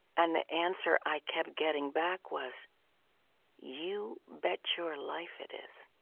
and the answer i kept getting back was you bet your life it is.